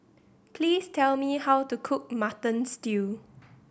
please tell me how to cook Mutton Stew